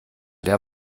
der